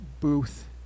booth